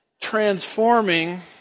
Transforming